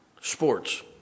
Sports